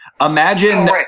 imagine